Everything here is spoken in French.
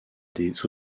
des